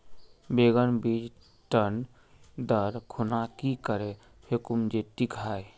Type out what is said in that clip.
बैगन बीज टन दर खुना की करे फेकुम जे टिक हाई?